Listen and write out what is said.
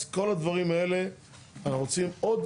אז כל הדברים האלה אנחנו רוצים עוד,